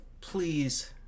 please